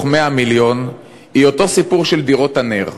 100 מיליון היא אותו סיפור של דירות נ"ר.